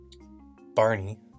Barney